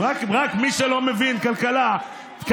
קארה.